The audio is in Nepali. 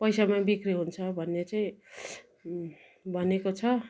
पैसामा बिक्री हुन्छ भन्ने चाहिँ भनेको छ